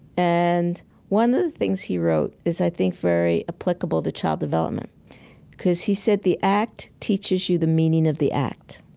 and one of the things he wrote is, i think, very applicable to child development because he said the act teaches you the meaning of the act.